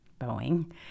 Boeing